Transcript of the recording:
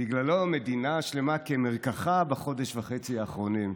שבגללו מדינה שלמה כמרקחה בחודש וחצי האחרונים.